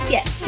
Yes